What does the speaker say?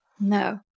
No